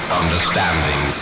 understanding